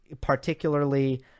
Particularly